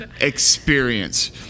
Experience